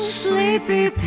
sleepy